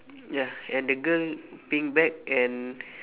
ya and the girl pink bag and